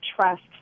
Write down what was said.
trust